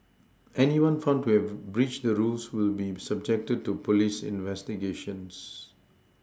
anyone found to have breached the rules will be subjected to police investigations